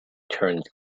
turns